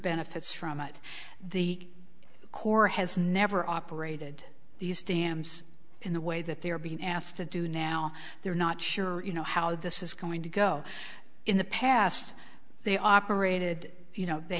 benefits from it the corps has never operated these dams in the way that they're being asked to do now they're not sure you know how this is going to go in the past they operated you know they